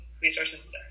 resources